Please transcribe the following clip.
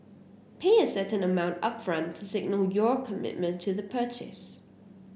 pay a certain amount upfront to signal your commitment to the purchase